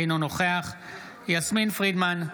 אינו נוכח יסמין פרידמן,